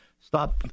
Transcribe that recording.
stop